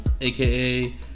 AKA